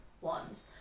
ones